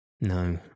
No